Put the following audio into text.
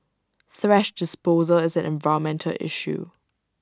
thrash disposal is an environmental issue